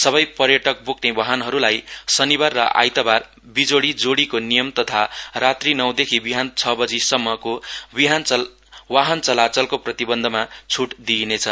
सबै पर्यटक बोक्ने वाहनहरूलाई शनिबार र आइतबार बिजोडी जोडीको नियम तथा रात्री नौ देखि विहान छ बजीसम्मको वाहन चलाचलको प्रतिबन्धमा छुट दिइनेछ